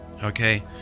Okay